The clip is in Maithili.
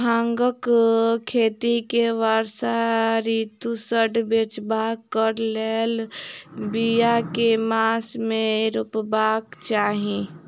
भांगक खेती केँ वर्षा ऋतु सऽ बचेबाक कऽ लेल, बिया केँ मास मे रोपबाक चाहि?